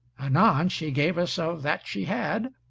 anon she gave us of that she had,